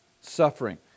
suffering